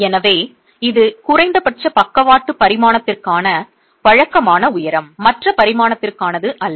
எனவே இது குறைந்தபட்ச பக்கவாட்டு பரிமாணத்திற்கான வழக்கமான உயரம் மற்ற பரிமாணத்திற்கு ஆனது அல்ல